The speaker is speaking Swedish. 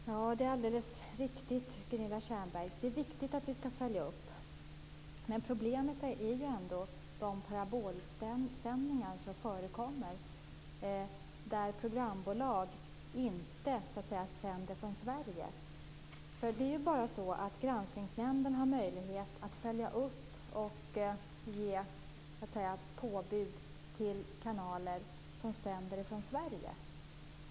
Fru talman! Det är alldeles riktigt, Gunilla Tjernberg. Det är viktigt att följa upp. Men problemet är ändå de parabolsändningar som förekommer där programbolag inte sänder från Sverige. Granskningsnämnden har ju bara möjlighet att följa upp och ge påbud, så att säga, till kanaler som sänder från Sverige.